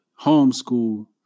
homeschool